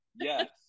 yes